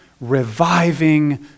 Reviving